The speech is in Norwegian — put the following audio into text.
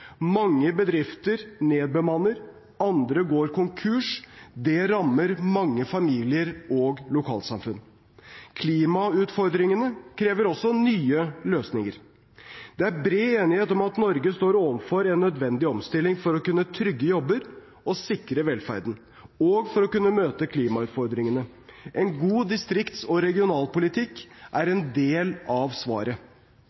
Mange bedrifter nedbemanner. Andre går konkurs. Det rammer mange familier og lokalsamfunn. Klimautfordringene krever også nye løsninger. Det er bred enighet om at Norge står overfor en nødvendig omstilling for å kunne trygge jobber og sikre velferden, og for å møte klimautfordringene. En god distrikts- og regionalpolitikk er